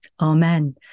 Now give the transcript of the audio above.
amen